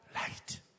light